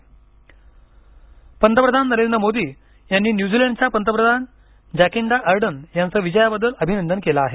New Zealand पंतप्रधान पंतप्रधान नरेंद्र मोदी यांनी न्यूझीलंडच्या पंतप्रधान जैकिंडा अर्डर्न यांचं विजयाबद्दल अभिनंदन केलं आहे